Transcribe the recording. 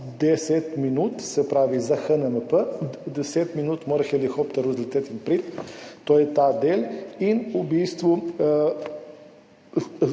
10 minut, se pravi za HNMP, 10 minut mora helikopter vzleteti in priti, to je ta del, in v bistvu